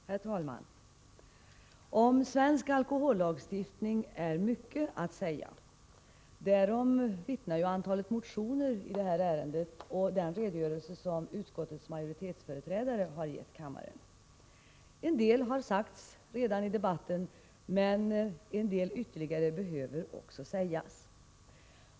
Herr talman! Om svensk alkohollagstiftning är mycket att säga. Därom vittnar antalet motioner i detta ärende och den redogörelse som utskottets majoritetsföreträdare har gett kammaren. En del har redan sagts i debatten, men en del ytterligare behöver sägas.